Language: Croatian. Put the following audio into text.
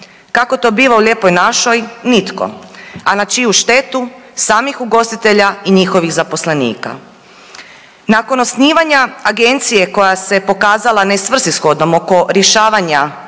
Kako to biva u lijepoj našoj, nitko. A na čiju štetu? Samih ugostitelja i njihovih zaposlenika. Nakon osnivanja agencije koja se pokazala nesvrsishodnom oko rješavanja